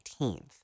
18th